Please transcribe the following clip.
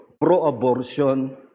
pro-abortion